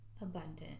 abundant